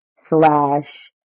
slash